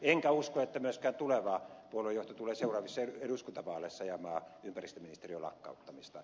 enkä usko että myöskään tuleva puoluejohto tulee seuraavissa eduskuntavaaleissa ajamaan ympäristöministeriön lakkauttamista